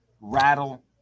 rattle